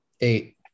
eight